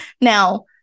now